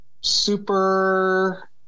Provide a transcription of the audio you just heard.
super